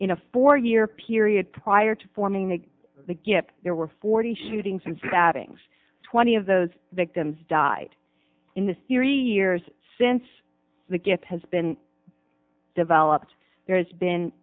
in a four year period prior to forming the gap there were forty shootings and stabbings twenty of those victims died in the theory years since the gap has been developed there has been